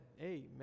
amen